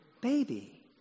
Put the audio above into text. baby